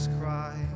cry